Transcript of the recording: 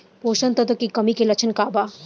पोषक तत्व के कमी के लक्षण का वा?